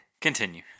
Continue